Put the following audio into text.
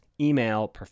email